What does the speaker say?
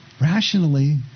Rationally